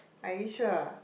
are you sure